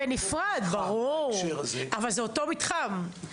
בנפרד ברור, אבל זה אותו מתחם.